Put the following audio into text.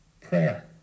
Prayer